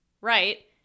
right